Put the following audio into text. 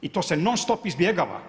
I to se non stop izbjegava.